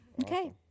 Okay